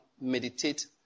meditate